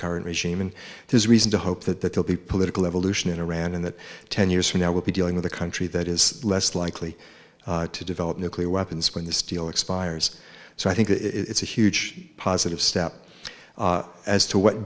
current regime and there's reason to hope that that will be political evolution in iran and that ten years from now we'll be dealing with a country that is less likely to develop nuclear weapons when this deal expires so i think it's a huge positive step as to what